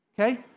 Okay